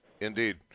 indeed